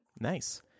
Nice